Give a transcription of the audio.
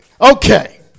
Okay